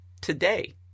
today